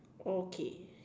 okay